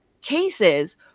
cases